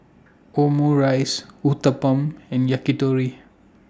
Omurice Uthapam and Yakitori